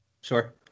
Sure